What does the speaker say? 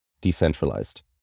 decentralized